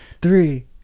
three